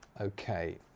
Okay